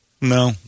No